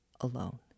alone